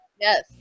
Yes